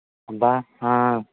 అబ్బా